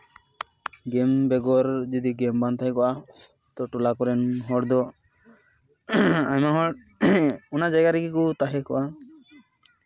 ᱜᱮᱢ ᱵᱮᱜᱚᱨ ᱡᱩᱫᱤ ᱜᱮᱢ ᱵᱟᱝ ᱛᱟᱦᱮᱸ ᱠᱚᱜᱼᱟ ᱟᱹᱛᱩ ᱴᱚᱞᱟ ᱠᱚᱨᱮᱱ ᱦᱚᱲ ᱫᱚ ᱟᱭᱢᱟ ᱦᱚᱲ ᱚᱱᱟ ᱡᱟᱭᱜᱟ ᱨᱮᱜᱮ ᱠᱚ ᱛᱟᱦᱮᱸ ᱠᱚᱜᱼᱟ